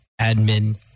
admin